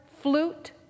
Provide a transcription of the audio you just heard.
flute